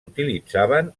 utilitzaven